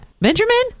Benjamin